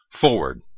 Forward